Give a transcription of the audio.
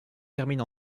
termine